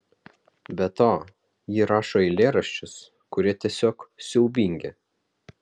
be to ji rašo eilėraščius kurie tiesiog siaubingi